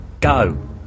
Go